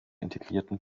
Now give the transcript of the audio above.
integrierten